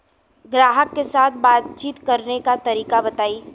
ग्राहक के साथ बातचीत करने का तरीका बताई?